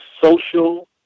social